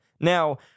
Now